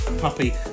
puppy